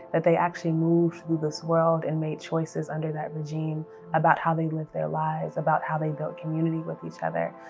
that they actually moved through this world, and made choices under that regime about how they lived their lives, about how they built community with each other,